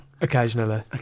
Occasionally